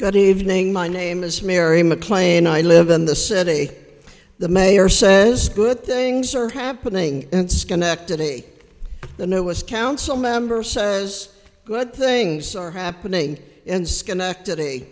good evening my name is mary maclean i live in the city the mayor says good things are happening in schenectady the newest council member says good things are happening in schenectady